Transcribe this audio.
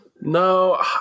no